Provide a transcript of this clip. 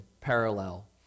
parallel